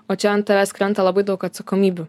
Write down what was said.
o čia ant tavęs krenta labai daug atsakomybių